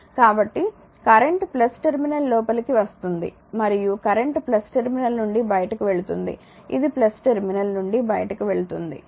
కాబట్టి current terminal లోపలికి వస్తుంది మరియు కరెంట్ టెర్మినల్ నుండి బయటకు వెళుతుంది ఇది టెర్మినల్ నుండి బయటకు వెళుతుంది